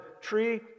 tree